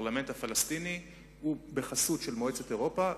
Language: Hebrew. הפרלמנט הפלסטיני והחסות של מועצת אירופה.